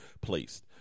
placed